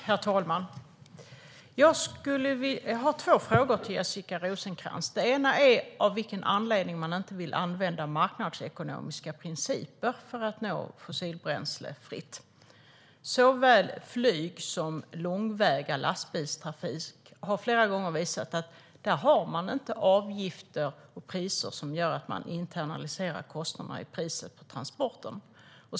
Herr talman! Jag har två frågor till Jessica Rosencrantz. Den ena är av vilken anledning som hon inte vill använda marknadsekonomiska principer för att nå en fossilbränslefri fordonsflotta. Såväl flyg som långväga lastbilstrafik har flera gånger visat att man inte har avgifter och priser som gör att man internaliserar kostnaderna i priset för transporten.